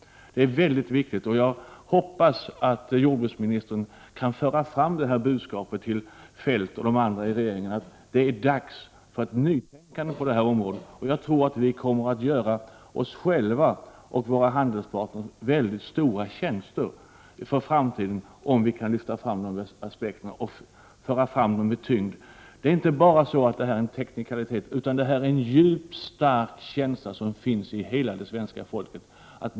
Jag hoppas att jordbruksministern kan föra fram detta budskap till Kjell-Olof Feldt och till andra i regeringen om att det är dags för ett nytänkande på detta område. Vi kommer att kunna göra oss själva och våra handelspartner mycket stora tjänster inför framtiden, om vi kan lyfta fram dessa aspekter och föra fram dem med tyngd. Detta är inte bara en teknikalitet, utan det är en djup och stark känsla som finns hos hela det svenska folket.